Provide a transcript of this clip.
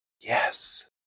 Yes